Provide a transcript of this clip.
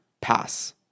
pass